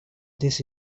this